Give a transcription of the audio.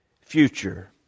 future